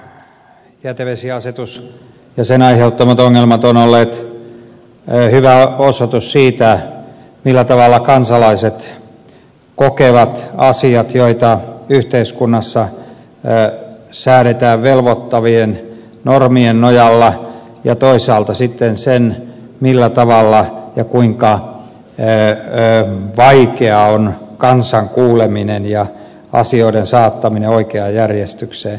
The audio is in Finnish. tämä hajajätevesiasetus ja sen aiheuttamat ongelmat ovat olleet hyvä osoitus siitä millä tavalla kansalaiset kokevat asiat joita yhteiskunnassa säädetään velvoittavien normien nojalla ja toisaalta sitten siitä millä tavalla ja kuinka vaikeaa on kansan kuuleminen ja asioiden saattaminen oikeaan järjestykseen